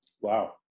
Wow